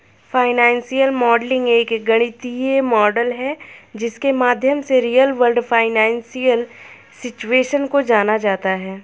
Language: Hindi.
फाइनेंशियल मॉडलिंग एक गणितीय मॉडल है जिसके माध्यम से रियल वर्ल्ड फाइनेंशियल सिचुएशन को जाना जाता है